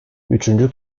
üçüncü